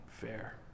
fair